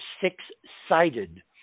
six-sided